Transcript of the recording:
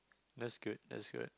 that's good that's good